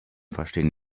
verstehen